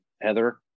Heather